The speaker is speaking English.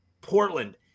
Portland